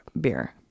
beer